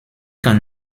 can